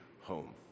home